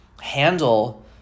handle